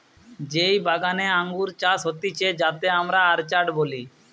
যেই বাগানে আঙ্গুর চাষ হতিছে যাতে আমরা অর্চার্ড বলি